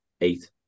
eight